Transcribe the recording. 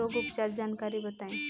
रोग उपचार के जानकारी बताई?